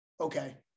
okay